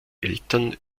eltern